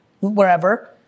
wherever